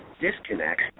disconnect